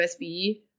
USB